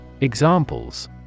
Examples